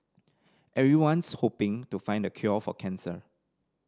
everyone's hoping to find the cure for cancer